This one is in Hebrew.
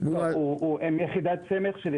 הם יחידת סמך.